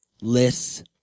lists